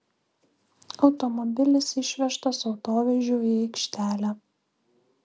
automobilis išvežtas autovežiu į aikštelę